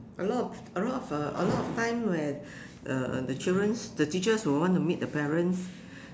a lot a lot of uh a lot of time where uh the children's the teachers will want to meet the parents